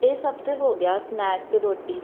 ਇਹ ਸਭ ਤਾਂ ਹੋ ਗਿਆ ਸਨੈਕ ਅਤੇ ਰੋਟੀ